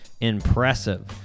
impressive